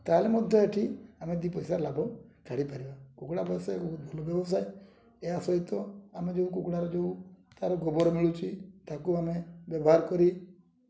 ତାହେଲେ ମଧ୍ୟ ଏଠି ଆମେ ଦୁଇ ପଇସା ଲାଭ ଛାଡ଼ିପାରିବା କୁକୁଡ଼ା ପଇସା ବହୁତ ଭଲ ବ୍ୟବସାୟ ଏହା ସହିତ ଆମେ ଯୋଉ କୁକୁଡ଼ାର ଯୋଉ ତା'ର ଗୋବର ମିଳୁଛି ତା'କୁ ଆମେ ବ୍ୟବହାର କରି